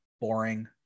boring